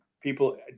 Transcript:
people